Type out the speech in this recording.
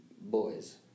boys